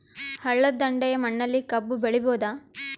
ಹಳ್ಳದ ದಂಡೆಯ ಮಣ್ಣಲ್ಲಿ ಕಬ್ಬು ಬೆಳಿಬೋದ?